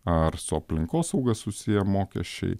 ar su aplinkosauga susiję mokesčiai